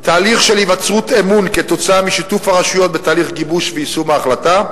תהליך היווצרות אמון כתוצאה משיתוף הרשויות בתהליך גיבוש ויישום ההחלטה,